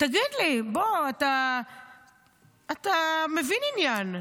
תגיד לי, בוא, אתה מבין עניין.